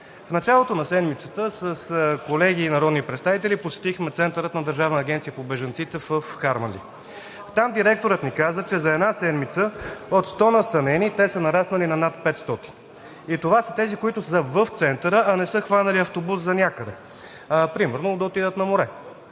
В началото на седмицата с колеги народни представители посетихме центъра на Държавната агенция за бежанците в Харманли. Там директорът ни каза, че за една седмица от 100 настанени те са нараснали на над 500. Това са тези, които са в Центъра, а не са хванали автобус занякъде, примерно да отидат на море.